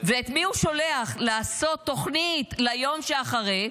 ואת מי הוא שולח לעשות תוכנית ליום שאחרי?